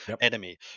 enemy